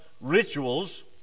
rituals